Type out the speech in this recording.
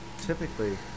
typically